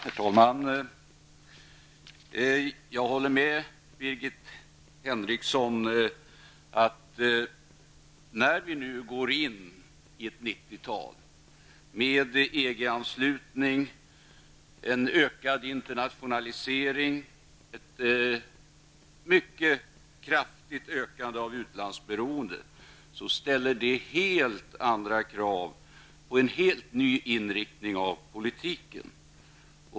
Herr talman! Jag håller med Birgit Henriksson om att när vi nu går in i ett 90-tal med EG-anslutning, ökad internationalisering och mycket kraftigt ökat utlandsberoende ställer det helt andra krav på en helt ny inriktning av politiken.